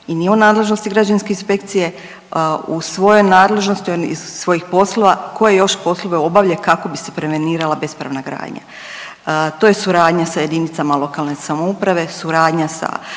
i nije u nadležnosti građevinske inspekcije u svojoj nadležnosti on iz svojih poslova koje još poslove obavlja kako bi se prevenirala bespravna gradnja. To je suradnja sa JLS, suradnja sa